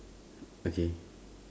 okay